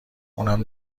اونم